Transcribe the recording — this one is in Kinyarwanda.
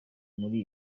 muri